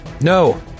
no